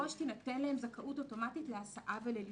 זכאות אוטומטית להסעה ולליווי.